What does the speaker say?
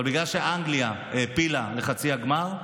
אבל בגלל שאנגליה העפילה לחצי הגמר,